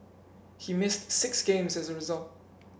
he missed six games as a result